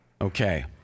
Okay